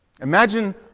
Imagine